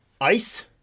Ice